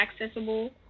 accessible